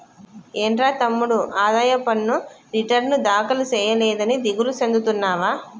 ఏంట్రా తమ్ముడు ఆదాయ పన్ను రిటర్న్ దాఖలు సేయలేదని దిగులు సెందుతున్నావా